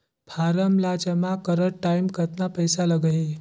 Form ला जमा करत टाइम कतना पइसा लगही?